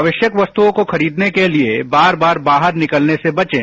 आवश्यक वस्तुओं को खरीदने के लिए बार बार बाहर निकलने से बचें